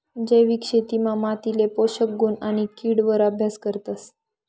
जैविक शेतीमा मातीले पोषक गुण आणि किड वर अभ्यास करतस